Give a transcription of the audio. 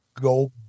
go